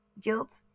guilt